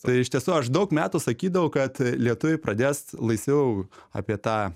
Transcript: tai iš tiesų aš daug metų sakydavau kad lietuviai pradės laisviau apie tą